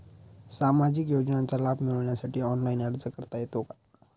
सामाजिक योजनांचा लाभ मिळवण्यासाठी ऑनलाइन अर्ज करता येतो का?